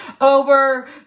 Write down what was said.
over